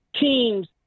teams